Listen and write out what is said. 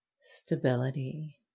stability